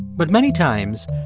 but many times,